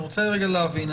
אני רוצה רגע להבין,